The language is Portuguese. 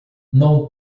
não